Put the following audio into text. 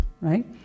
right